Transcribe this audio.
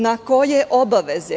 Na koje obaveze?